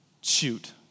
shoot